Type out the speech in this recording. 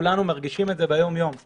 כולנו מרגישים יום-יום את הבלבול.